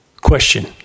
Question